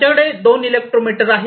आमच्याकडे दोन इलेक्ट्रोमीटर आहे